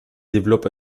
développe